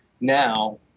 now